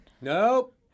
Nope